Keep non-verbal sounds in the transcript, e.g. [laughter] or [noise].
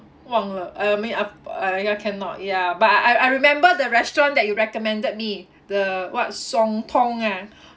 忘了 I mean af~ ah ya cannot ya but I I I remember the restaurant that you recommended me the what ah [breath]